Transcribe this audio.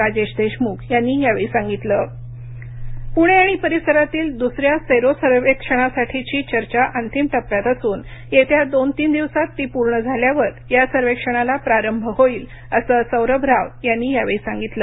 राजेश देशमुख यांनी यावेळी सांगितलं सीरो सर्वेक्षण प्णे आणि परिसरातील दुसऱ्या सेरो सर्वेक्षणासाठीची चर्चा अंतिम टप्प्यात असून येत्या दोन तीन दिवसात ती पूर्ण झाल्यावर या सर्वेक्षणाला प्रारंभ होईल असं सौरभ राव यांनी यावेळी सांगितलं